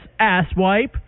asswipe